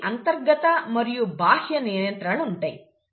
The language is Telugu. వీటికి అంతర్గత మరియు బాహ్య నియంత్రణలు ఉంటాయి